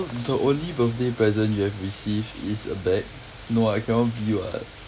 the only birthday present you have receive is a bag no ah cannot be what